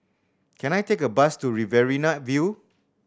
can I take a bus to Riverina View